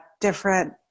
different